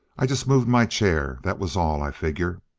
i just moved my chair that was all, i figure.